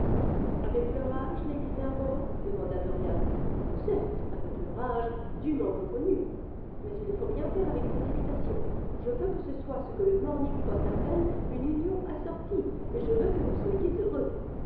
avec leur âge lady narborough demanda dorian certes avec leur âge dûment reconnu mais il ne faut rien faire avec précipitation je veux que ce soit ce que le morning post appelle une union assortie et je veux que vous soyez heureux